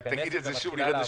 רק תגיד את זה שוב, והגענו ל-30,